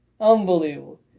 Unbelievable